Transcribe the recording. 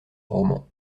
roman